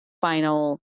final